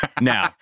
Now